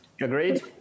agreed